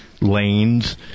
lanes